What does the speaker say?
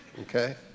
okay